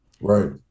right